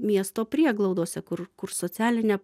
miesto prieglaudose kur kur socialinę